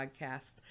podcast